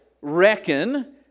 reckon